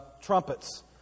Trumpets